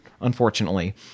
unfortunately